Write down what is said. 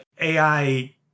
AI